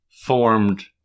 formed